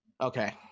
Okay